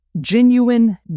genuine